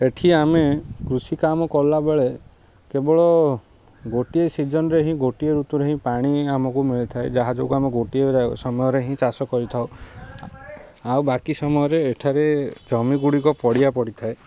ଏଇଠି ଆମେ କୃଷି କାମ କଲାବେଳେ କେବଳ ଗୋଟିଏ ସିଜନ୍ରେ ହିଁ ଗୋଟିଏ ଋତୁରେ ହିଁ ପାଣି ଆମକୁ ମିଳିଥାଏ ଯାହା ଯୋଗୁଁ ଆମେ ଗୋଟିଏ ସମୟରେ ହିଁ ଚାଷ କରିଥାଉ ଆଉ ବାକି ସମୟରେ ଏଠାରେ ଜମି ଗୁଡ଼ିକ ପଡ଼ିଆ ପଡ଼ିଥାଏ